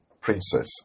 Princess